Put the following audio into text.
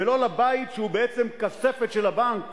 ולא לבית שהוא בעצם כספת של הבנק